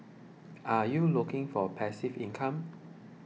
are you looking for passive income